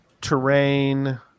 Terrain